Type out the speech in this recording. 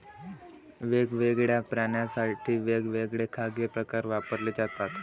वेगवेगळ्या प्राण्यांसाठी वेगवेगळे खाद्य प्रकार वापरले जातात